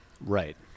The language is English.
Right